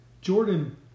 Jordan